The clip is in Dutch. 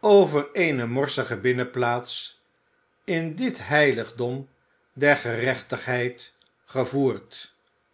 over eene morsige binnenplaats in dit heiligdom der gerechtigheid gevoerd